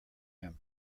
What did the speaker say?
him